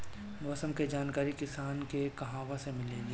मौसम के जानकारी किसान के कहवा से मिलेला?